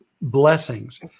blessings